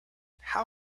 how